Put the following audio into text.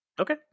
Okay